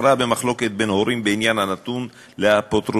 הכרעה במחלוקות בין הורים בעניין הנתון לאפוטרופסותם),